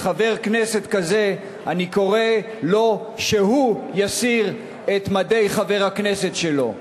לחבר כנסת כזה אני קורא שהוא יסיר את מדי חבר הכנסת שלו.